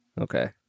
Okay